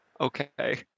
Okay